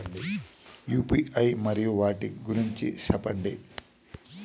UPI మరియు వాటి గురించి సెప్పండి?